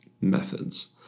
methods